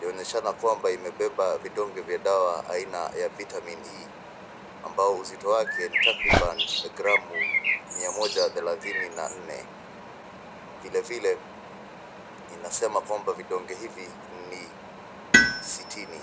yaonyeshana kwamba imebeba vidonge vya dawa aina ya vitamin E ambao uzito wake ni takriban gramu mia moja thelathini na nne. Vile vile, inasema kwamba vidonge hivi ni sitini.